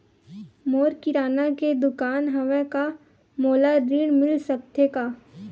मोर किराना के दुकान हवय का मोला ऋण मिल सकथे का?